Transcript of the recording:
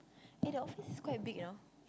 eh the office is quite big you know